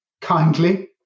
kindly